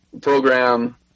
program